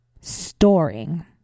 storing